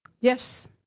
Yes